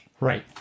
Right